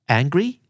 angry